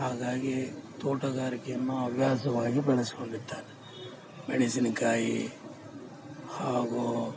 ಹಾಗಾಗಿ ತೋಟಗಾರಿಕೆಯನ್ನು ಹವ್ಯಾಸವಾಗಿ ಬೆಳಸ್ಕೊಂಡಿದ್ದೇನೆ ಮೆಣಸಿನಕಾಯಿ ಹಾಗೂ